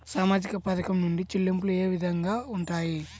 సామాజిక పథకం నుండి చెల్లింపులు ఏ విధంగా ఉంటాయి?